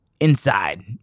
inside